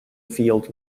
field